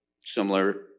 similar